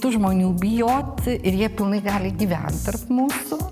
tų žmonių bijot ir jie pilnai gali gyvent tarp mūsų